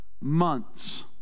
months